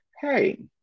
hey